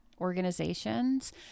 organizations